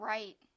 Right